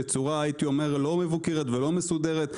בצורה לא מבוקרת ולא מסודרת.